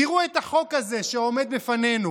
תראו את החוק הזה שעומד בפנינו.